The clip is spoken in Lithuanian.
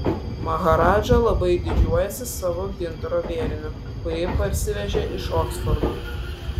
maharadža labai didžiuojasi savo gintaro vėriniu kurį parsivežė iš oksfordo